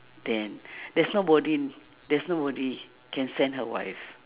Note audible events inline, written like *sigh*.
then *breath* there's nobody there's nobody can send her wife